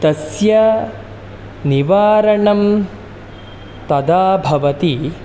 तस्य निवारणं तदा भवति